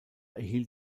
erhielt